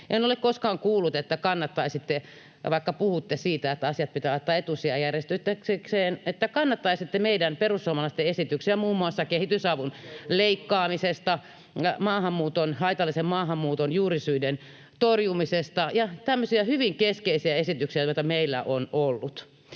En ole koskaan kuullut, että kannattaisitte — vaikka puhutte siitä, että asiat pitää laittaa etusijajärjestykseen — meidän perussuomalaisten esityksiä muun muassa kehitysavun leikkaamisesta, [Arto Satosen välihuuto] haitallisen maahanmuuton juurisyiden torjumisesta tai tämmöisiä hyvin keskeisiä esityksiä, joita meillä on ollut.